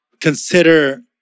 consider